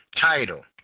title